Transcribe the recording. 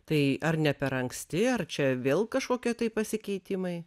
tai ar ne per anksti ar čia vėl kažkokie tai pasikeitimai